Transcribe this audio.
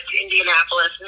Indianapolis